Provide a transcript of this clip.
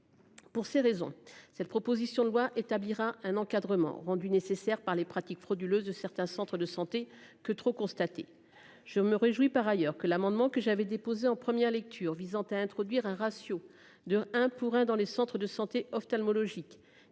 Pour ces raisons. Cette proposition de loi établira un encadrement rendue nécessaire par les pratiques frauduleuses de certains centres de santé que trop constaté. Je me réjouis par ailleurs que l'amendement que j'avais déposé en première lecture visant à introduire un ratio de 1 pour 1 dans les centres de santé ophtalmologique